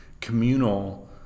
communal